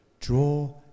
Draw